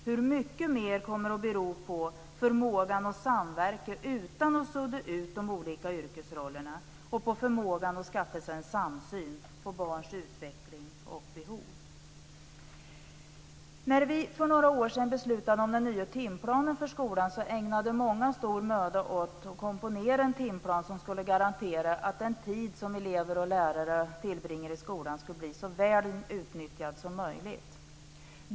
Hur mycket mer beror på förmågan att samverka utan att sudda ut de olika yrkesrollerna och på förmågan att skaffa sig en samsyn när det gäller barns utveckling och behov. När vi för några år sedan beslutade om den nya timplanen för skolan ägnade många av oss stor möda åt att komponera en timplan som skulle garantera att den tid som elever och lärare tillbringar i skolan skulle bli så väl utnyttjad som möjligt.